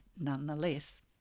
nonetheless